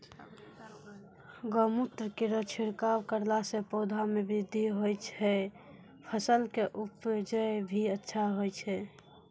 गौमूत्र केरो छिड़काव करला से पौधा मे बृद्धि होय छै फसल के उपजे भी अच्छा होय छै?